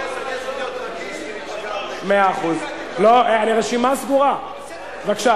אני אתחיל להיות רגיש ולהיפגע,